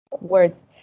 words